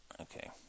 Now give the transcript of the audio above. Okay